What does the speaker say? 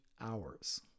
hours